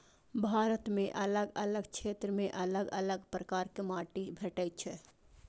भारत मे अलग अलग क्षेत्र मे अलग अलग प्रकारक माटि भेटै छै